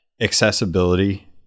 accessibility